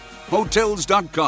Hotels.com